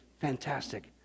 fantastic